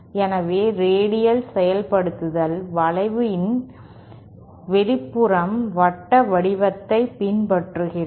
எனவே ரேடியல் செயல்படுத்தல் வளைவின் வெளிப்புறம் வட்ட வடிவத்தைப் பின்பற்றுகிறது